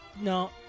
no